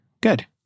Good